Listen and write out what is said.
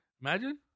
Imagine